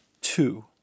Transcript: Two